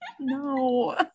no